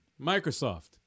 Microsoft